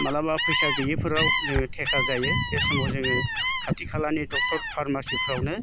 मालाबा फैसा गोयैफ्राव जोङो थेखा जायो बे समाव जोङो खाथि खालानि डक्टर फार्मासिफ्रावनो